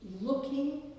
looking